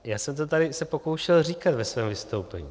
Já jsem se to tady pokoušel říkat ve svém vystoupení.